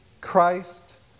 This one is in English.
Christ